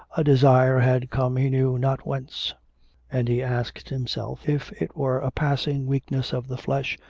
a desire had come he knew not whence and he asked himself if it were a passing weakness of the flesh,